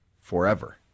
forever